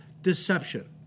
deception